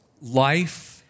life